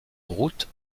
routes